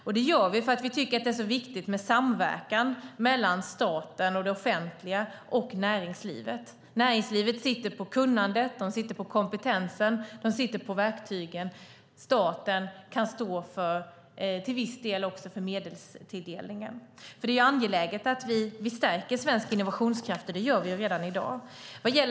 Det här gör vi för att vi tycker att det är viktigt med samverkan mellan staten och det offentliga och näringslivet. Näringslivet sitter på kunnandet. De sitter på kompetensen. De sitter på verktygen. Staten kan till viss del stå för medelstilldelningen, för det är angeläget att vi stärker svensk innovationskraft, och det gör vi redan i dag.